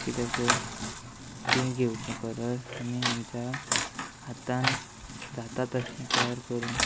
कित्याक तर ती घेवचें परस आमी आमच्या हातान जाता तशें तयार करून